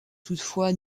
toutefois